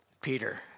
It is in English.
Peter